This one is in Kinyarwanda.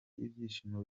ibyishimo